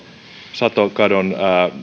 satokadon